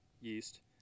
yeast